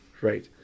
right